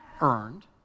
earned